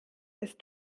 ist